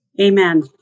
Amen